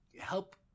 help